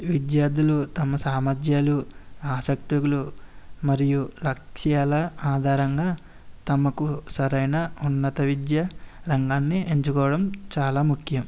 విద్యార్థులు తమ సామర్థ్యాలు ఆసక్తులు మరియు లక్ష్యాల ఆధారంగా తమకు సరైన ఉన్నత విద్య రంగాన్ని ఎంచుకోవడం చాలా ముఖ్యం